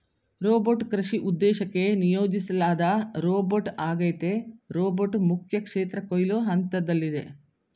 robot ಕೃಷಿ ಉದ್ದೇಶಕ್ಕೆ ನಿಯೋಜಿಸ್ಲಾದ ರೋಬೋಟ್ಆಗೈತೆ ರೋಬೋಟ್ ಮುಖ್ಯಕ್ಷೇತ್ರ ಕೊಯ್ಲು ಹಂತ್ದಲ್ಲಿದೆ